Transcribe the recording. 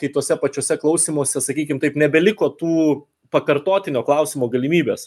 kai tuose pačiuose klausymuose sakykim kaip nebeliko tų pakartotinio klausimo galimybės